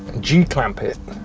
g-clamp it